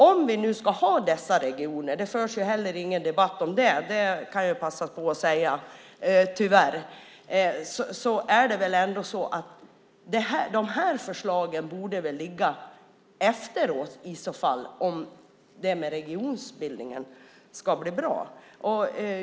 Om vi nu ska ha dessa regioner - det förs tyvärr ingen debatt om det, kan jag passa på att säga - är det väl ändå så att de här förslagen i så fall borde komma efteråt om regionbildningen ska bli bra.